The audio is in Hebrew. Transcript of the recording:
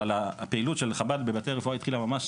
אבל הפעילות של חב"ד בבתי הרפואה התחילה ממש